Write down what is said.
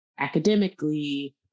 academically